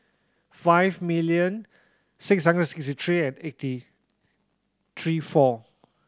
five million six hundred six three and eighty three four